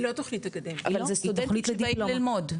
אבל זה סטודנטים שבאים ללמוד.